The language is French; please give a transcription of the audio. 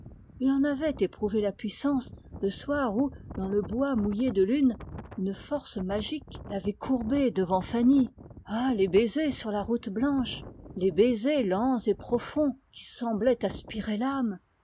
il en avait éprouvé la puissance le soir où dans le bois mouillé de lune une force magique l'avait courbé devant fanny ah les baisers sur la route blanche les baisers lents et profonds qui semblent aspirer l'âme